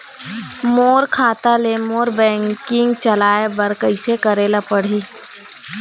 मोर खाता ले मोर बैंकिंग चलाए बर कइसे करेला पढ़ही?